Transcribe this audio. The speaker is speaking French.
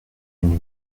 une